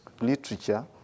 literature